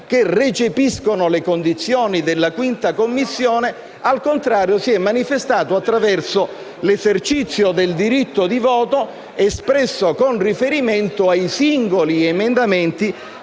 che recepiscono le condizioni della 5a Commissione, al contrario si è manifestata attraverso l'esercizio del diritto di voto espresso con riferimento ai singoli emendamenti